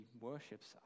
worships